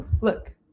Look